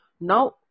now